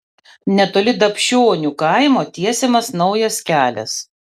netoli dapšionių kaimo tiesiamas naujas kelias